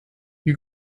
you